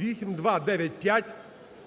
8295)